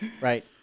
Right